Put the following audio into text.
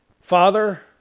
Father